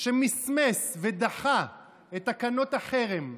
שמסמס ודחה את תקנות החרם,